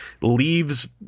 leaves